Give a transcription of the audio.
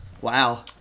Wow